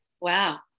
wow